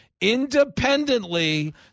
independently